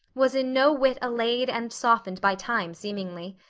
was in no whit allayed and softened by time seemingly.